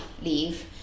leave